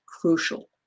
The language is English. crucial